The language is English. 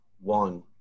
one